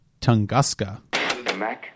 Tunguska